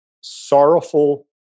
sorrowful